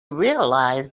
realised